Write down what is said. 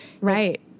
right